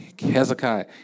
Hezekiah